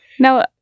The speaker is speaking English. Now